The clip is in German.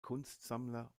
kunstsammler